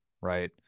right